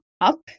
up